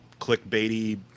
clickbaity